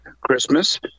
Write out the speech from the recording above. Christmas